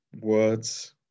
words